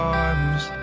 arms